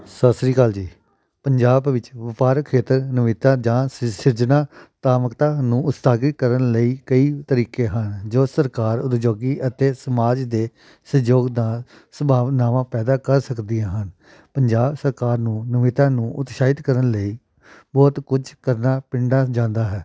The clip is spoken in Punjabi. ਸਤਿ ਸ਼੍ਰੀ ਅਕਾਲ ਜੀ ਪੰਜਾਬ ਵਿੱਚ ਵਪਾਰਕ ਖੇਤਰ ਨਵੀਨਤਾ ਜਾਂ ਸਿ ਸਿਰਜਣਾ ਤਾਮਕਤਾ ਨੂੰ ਉਤਸ਼ਾਹਿਤ ਕਰਨ ਲਈ ਕਈ ਤਰੀਕੇ ਹਨ ਜੋ ਸਰਕਾਰ ਉਦਯੋਗੀ ਅਤੇ ਸਮਾਜ ਦੇ ਸਹਿਯੋਗ ਦਾ ਸੰਭਾਵਨਾਵਾਂ ਪੈਦਾ ਕਰ ਸਕਦੀਆਂ ਹਨ ਪੰਜਾਬ ਸਰਕਾਰ ਨੂੰ ਨਵੀਤਾ ਨੂੰ ਉਤਸ਼ਾਹਿਤ ਕਰਨ ਲਈ ਬਹੁਤ ਕੁਝ ਕਰਨਾ ਪਿੰਡਾਂ ਜਾਂਦਾ ਹੈ